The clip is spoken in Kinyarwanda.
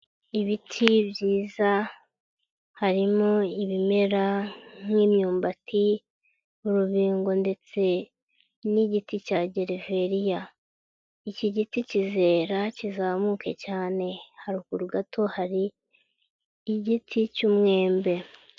Ibiti byiza harimo ibimera nk'imyumbati, urubingo ndetse n'igiti cya gereveriya, iki giti kizera kizamuke cyane, haruguru gato hari igiti cy'umwembe.